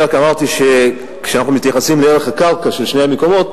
אני רק אמרתי שכשאנחנו מתייחסים לערך הקרקע של שני המקומות,